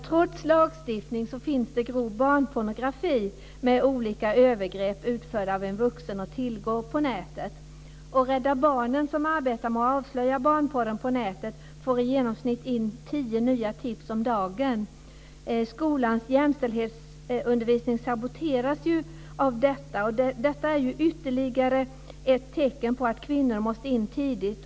Trots lagstiftning finns det grov barnpornografi med inslag av olika övergrepp utförda av en vuxen att tillgå på nätet. Rädda Barnen, som arbetar med att avslöja barnpornografi på nätet, får i genomsnitt in tio nya tips om dagen. Skolans jämställdhetsundervisning saboteras av detta, och det är ytterligare ett tecken på att kvinnor måste in tidigt.